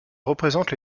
représente